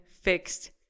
fixed